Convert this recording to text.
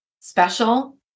special